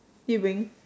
did you bring